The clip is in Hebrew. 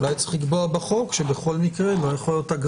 אולי צריך לקבוע בחוק שבכל מקרה מה תהיה